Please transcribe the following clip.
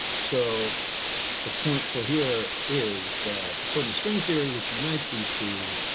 so the point for here is that according to string theory, which unites these two,